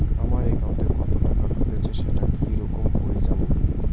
আমার একাউন্টে কতো টাকা ঢুকেছে সেটা কি রকম করি জানিম?